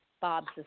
Bob's